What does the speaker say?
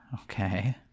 Okay